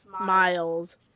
Miles